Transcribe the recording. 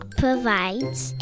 provides